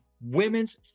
women's